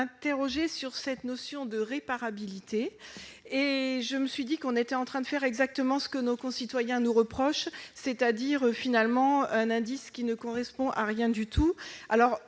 interrogée sur la notion de réparabilité et me suis dit que l'on était en train de faire exactement ce que nos concitoyens nous reprochent, c'est-à-dire que l'on crée un indice qui ne correspond à rien du tout.